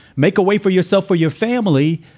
make away for yourself or your family.